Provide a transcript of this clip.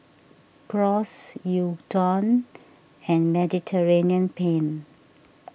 Gyros Gyudon and Mediterranean Penne